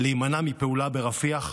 להימנע מפעולה ברפיח,